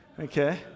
Okay